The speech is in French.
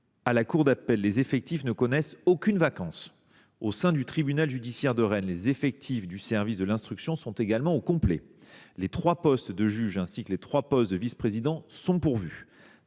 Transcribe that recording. À la cour d’appel, les effectifs ne connaissent aucune vacance. Au sein du tribunal judiciaire de Rennes, les effectifs du service de l’instruction sont également au complet : les trois postes de juge ainsi que les trois postes de vice-président sont pourvus.